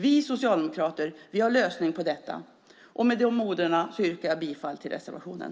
Vi socialdemokrater har lösningen på detta. Med dessa ord yrkar jag bifall till reservationen.